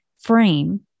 frame